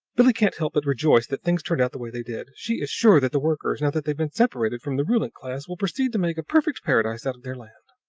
billie can't help but rejoice that things turned out the way they did. she is sure that the workers, now that they've been separated from the ruling class, will proceed to make a perfect paradise out of their land.